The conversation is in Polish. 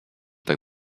tak